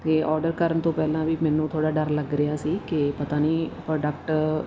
ਅਤੇ ਆਰਡਰ ਕਰਨ ਤੋਂ ਪਹਿਲਾਂ ਵੀ ਮੈਨੂੰ ਥੋੜ੍ਹਾ ਡਰ ਲੱਗ ਰਿਹਾ ਸੀ ਕਿ ਪਤਾ ਨਹੀਂ ਪ੍ਰੋਡਕਟ